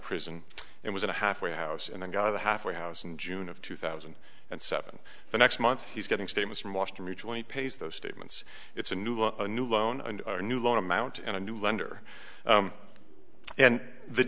prison and was in a halfway house and got a halfway house in june of two thousand and seven the next month he's getting statements from washington mutual he pays those statements it's a new a new loan and our new loan amount and a new lender and the